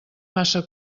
massa